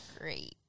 Great